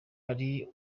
ari